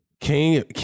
King